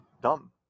dumb